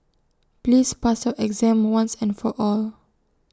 please pass your exam once and for all